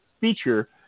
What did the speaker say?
feature